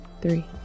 three